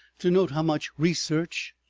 to note how much research,